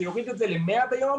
זה יוריד ל-100 ביום.